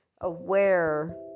aware